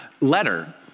letter